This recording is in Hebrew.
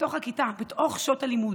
בתוך הכיתה, בתוך שעות הלימוד,